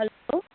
hello